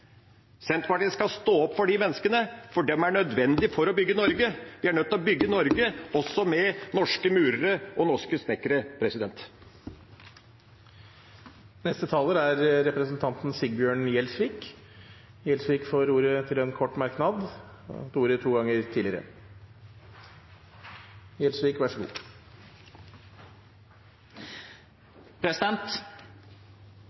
Senterpartiet skal stå opp for de menneskene, for de er nødvendige for å bygge Norge. Vi er nødt til å bygge Norge også med norske murere og norske snekkere. Representanten Sigbjørn Gjelsvik har hatt ordet to ganger tidligere og får ordet til en kort merknad,